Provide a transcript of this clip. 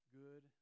good